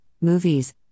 movies